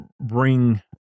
bring